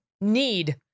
need